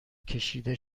کشیده